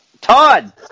Todd